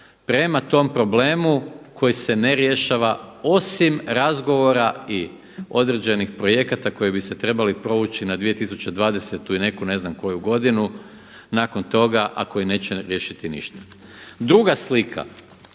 prema tom problemu koji se ne rješava osim razgovora i određenih projekata koji bi se trebali provući na 2020. i neku ne znam koju godinu, nakon toga a koji neće riješiti ništa. Druga slika